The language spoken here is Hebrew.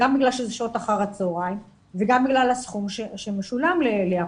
גם בגלל שזה שעות אחר הצהריים וגם בגלל הסכום שמשולם לאחות.